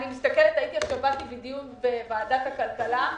באתי מדיון בוועדת הכלכלה.